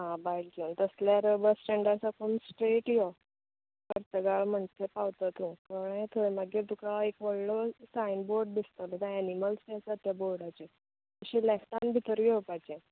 आं बायक घेवून तशें जाल्यार बस स्टेण्डा साकून स्ट्रॅट यो पंचगाळ म्हणटा थंय पावतलो कळ्ळें तूं थंय मागीर तुका एक व्हडलो सायन बोर्ड दिसतलो थंय एनिमल्स बी आसात थंय बोर्डाचेर तशें लॅफ्टान भितर घेवपाचें